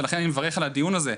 ולכן אני מברך על הדיון הזה,